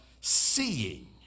seeing